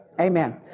Amen